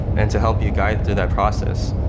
and to help you guide through that process.